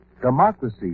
democracy